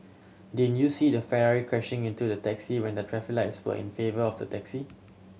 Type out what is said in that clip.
did you see the Ferrari crashing into the taxi when the traffic lights were in favour of the taxi